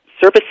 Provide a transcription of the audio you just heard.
service